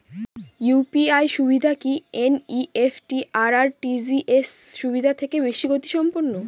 UPI সুবিধা কি NEFT আর আর.টি.জি.এস সুবিধা থেকে বেশি গতিসম্পন্ন?